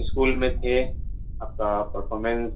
school میں تھے آپ کا پرفارمنس